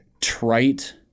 trite